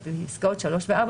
פסקות (3) ו-(4),